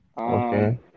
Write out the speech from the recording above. Okay